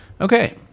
Okay